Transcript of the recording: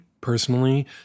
personally